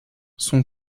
son